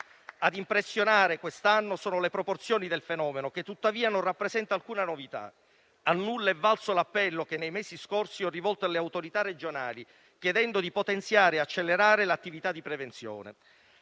Ad impressionare quest'anno sono le proporzioni del fenomeno, che tuttavia non rappresenta alcuna novità. A nulla è valso l'appello che nei mesi scorsi ho rivolto alle autorità regionali, chiedendo di potenziare e accelerare l'attività di prevenzione.